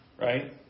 Right